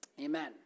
amen